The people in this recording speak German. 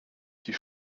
die